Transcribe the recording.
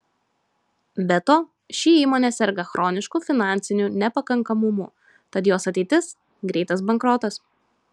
be to ši įmonė serga chronišku finansiniu nepakankamumu tad jos ateitis greitas bankrotas